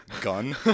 gun